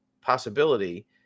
possibility